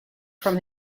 from